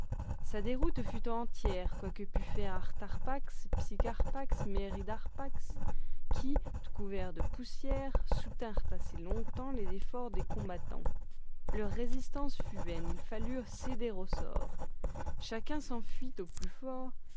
sa déroute fut entière quoi que pût faire artarpax psicarpax méridarpax qui tout couverts de poussière soutinrent assez longtemps les efforts des combattants leur résistance fut vaine il fallut céder au sort chacun s'enfuit au plus fort